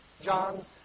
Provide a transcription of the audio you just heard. John